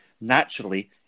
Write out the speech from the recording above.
Naturally